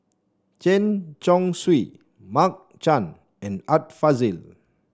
Chen Chong Swee Mark Chan and Art Fazil